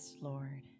Lord